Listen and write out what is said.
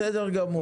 בסדר גמור.